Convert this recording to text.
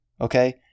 okay